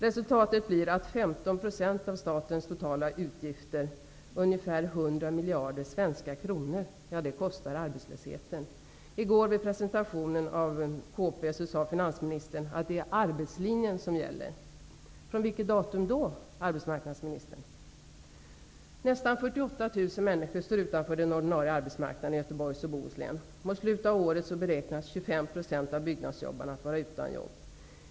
Resultatet blir att arbetslösheten kostar 15 % av statens totala utgifter, ungefär 100 miljarder svenska kronor. I går vid presentationen av kompletteringspropositionen sade finansministern att det är arbetslinjen som gäller. Från vilket datum gäller den, arbetsmarknadsministern? Nästan 48 000 människor står utanför den ordinarie arbetsmarknaden i Göteborgs och Bohus län. Mot slutet av året beräknas 25 % av byggnadsarbetarna vara utan jobb.